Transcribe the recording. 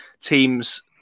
teams